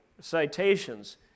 citations